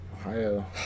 Ohio